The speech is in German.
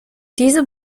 diese